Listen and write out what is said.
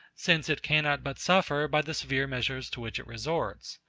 since it cannot but suffer by the severe measures to which it resorts.